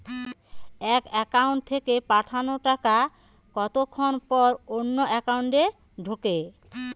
এক একাউন্ট থেকে পাঠানো টাকা কতক্ষন পর অন্য একাউন্টে ঢোকে?